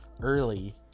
early